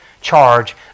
charge